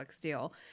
deal